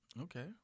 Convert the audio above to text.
Okay